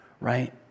right